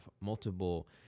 multiple